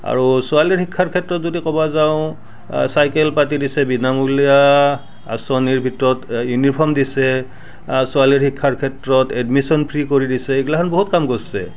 আৰু ছোৱালীৰ শিক্ষাৰ ক্ষেত্ৰত যদি ক'ব যাওঁ চাইকেল পাতি দিছে বিনামূলীয়া আঁচনিৰ ভিতৰত ইউনিফৰ্ম দিছে আ ছোৱালীৰ শিক্ষাৰ ক্ষেত্ৰত এডমিশ্যন ফ্ৰী কৰি দিছে এইগিলাখান বহুত কাম কৰিছে